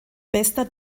bester